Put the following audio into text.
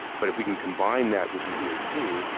but if we can combine that with the e h g,